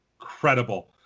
incredible